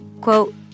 Quote